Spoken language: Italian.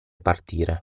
partire